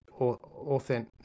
authentic